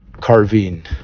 carving